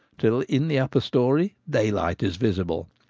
till in the upper story daylight is visible.